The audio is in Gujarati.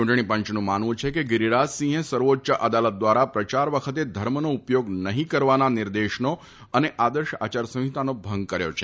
ચૂંટણી પંચનું માનવું છે કે ગિરીરાજસિંહે સર્વોચ્ય અદાલત દ્વારા પ્રચાર વખતે ધર્મનો ઉપયોગ નફીં કરવાના નિર્દેશનો અને આદર્શ આચાર સંહિતાનો ભંગ કર્યો છે